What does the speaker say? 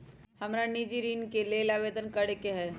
हमरा निजी ऋण के लेल आवेदन करै के हए